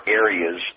areas